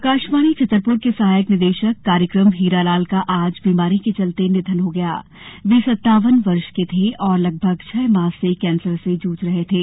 निधन आकाशवाणी छतरपुर के सहायक निदेशक कार्यक्रम हीरालाल का आज बीमारी के चलते निधन हो गया वे सत्तावन वर्ष के थे और लगभग छह माह से कैंसर से जूझ रहे थे